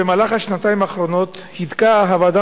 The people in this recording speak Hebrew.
במהלך השנתיים האחרונות הידקה הוועדה